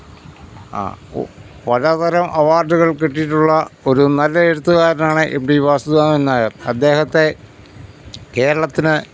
ആ ഓ പലതരം അവാർഡുകൾ കിട്ടിയിട്ടുള്ള ഒരു നല്ല എഴുത്തുകാരനാണ് എം ടി വാസുദേവൻ നായർ അദ്ദേഹത്തെ കേരളത്തിന്